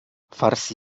farsi